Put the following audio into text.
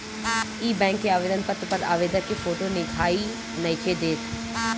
इ बैक के आवेदन पत्र पर आवेदक के फोटो दिखाई नइखे देत